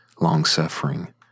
long-suffering